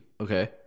Okay